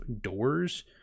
doors